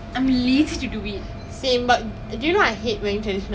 oh ya deepavali november fourteen is it